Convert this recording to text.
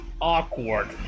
awkward